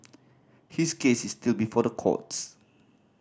his case is still before the courts